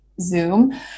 Zoom